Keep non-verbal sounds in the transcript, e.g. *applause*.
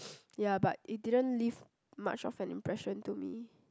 *noise* ya but it didn't leave much of an impression to me